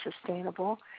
sustainable